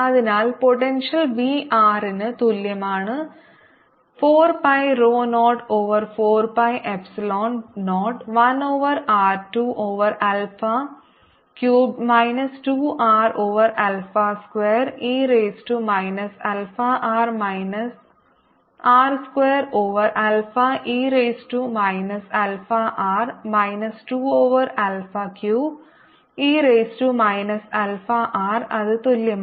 Vr14π0qr qr0R0e αr4πr2dr4π00rr2e αrdr 0rr2e αrdrd2d20re αrdrd2d21 e αr23 2r2e αr r2e αr 23e αr അതിനാൽ potential vr തുല്യമാണ് 4 pi rho 0 over 4 pi epsilon 0 1 over r 2 over alpha cubed minus 2 r over alpha square e raise to minus alpha r minus r square over alpha e raise to minus alpha r minus 2 over alpha cube e raise to minus alpha r അത് തുല്യമാണ്